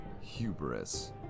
Hubris